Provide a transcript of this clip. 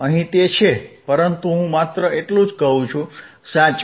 અહીં તે છે પરંતુ હું માત્ર એટલું જ કહું છું સાચું